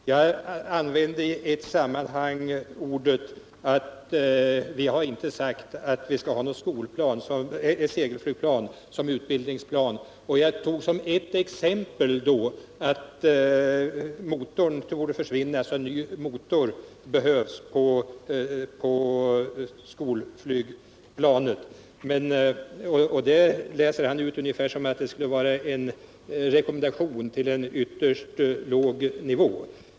Jag talade som exempel om att den nuvarande motorn torde försvinna. Då behövs en ny motor på skolflygplanet då vi inte har sagt att vi skall ha ett segelflygplan. Det läser Georg Danell ut ungefär som en rekommendation om en ytterst låg nivå.